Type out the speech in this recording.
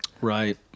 right